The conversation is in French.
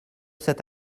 cet